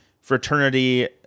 fraternity